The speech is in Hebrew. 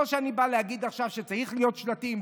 לא שאני בא להגיד עכשיו שצריכים להיות שלטים,